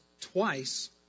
twice